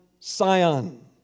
Sion